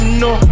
no